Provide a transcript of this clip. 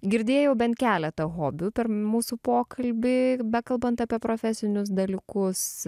girdėjau bent keletą hobių per mūsų pokalbį bekalbant apie profesinius dalykus